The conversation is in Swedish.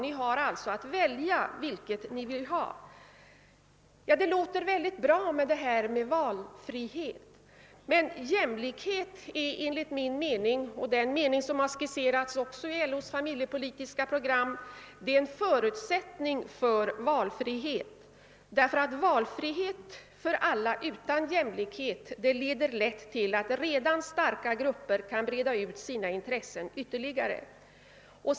Ni kan alltså välja vilket ni vill ha! Ja, detta med fritt val låter bra. Men jämlikhet är enligt min mening — och den mening som också skisserats i LO:s familjepolitiska program — en förutsättning för valfrihet, därför att valfrihet för alla utan jämlikhet lätt leder till att redan starka grupper kan breda ut sina intressen ytterligare.